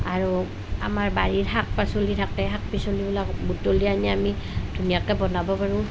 আৰু আমাৰ বাৰীত শাক পাচলি থাকে শাক পাচলিবিলাক বুটলি আনি আমি ধুনীয়াকৈ বনাব পাৰোঁ